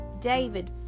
David